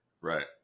Right